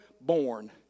born